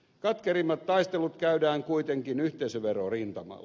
katkerimmat taistelut käydään kuitenkin yhteisöverorintamalla